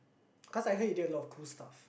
cause I heard he did a lot of cool stuff